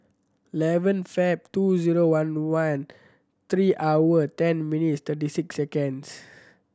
eleven Feb two zero one one three hour ten minutes thirty six seconds